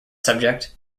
subject